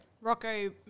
Rocco